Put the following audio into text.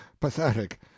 pathetic